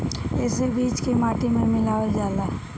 एसे बीज के माटी में मिलावल जाला